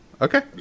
Okay